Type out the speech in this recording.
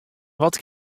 wat